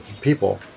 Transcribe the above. people